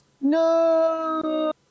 No